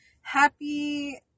happy